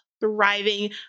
thriving